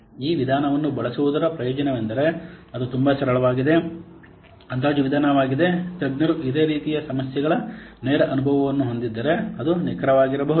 ಈ ವಿಧಾನವನ್ನು ಬಳಸುವುದರ ಪ್ರಯೋಜನವೆಂದರೆ ಅದು ತುಂಬಾ ಸರಳವಾದ ಅಂದಾಜು ವಿಧಾನವಾಗಿದೆ ತಜ್ಞರು ಇದೇ ರೀತಿಯ ವ್ಯವಸ್ಥೆಗಳ ನೇರ ಅನುಭವವನ್ನು ಹೊಂದಿದ್ದರೆ ಅದು ನಿಖರವಾಗಿರಬಹುದು